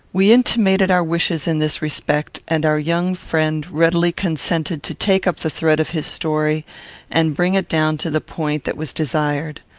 we intimated our wishes in this respect, and our young friend readily consented to take up the thread of his story and bring it down to the point that was desired.